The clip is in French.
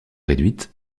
réduite